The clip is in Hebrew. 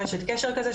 או אשת קשר כזה,